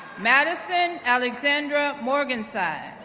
madison alexandra morgensai,